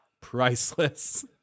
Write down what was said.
Priceless